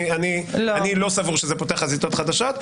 אני לא סבור שזה פותח חזיתות חדשות.